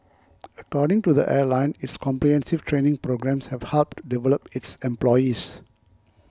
according to the airline its comprehensive training programmes have helped develop its employees